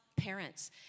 parents